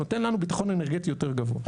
נותן לנו ביטחון אנרגטי יותר גבוה.